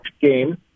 game